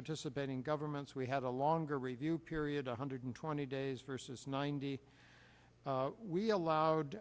participating governments we had a longer review period one hundred twenty days versus ninety we allowed